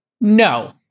No